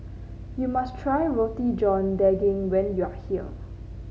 you must try Roti John Daging when you are here